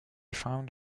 found